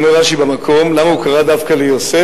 אומר רש"י במקום: למה הוא קרא דווקא ליוסף?